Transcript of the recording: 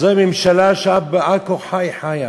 זו ממשלה שעל כורחה היא חיה.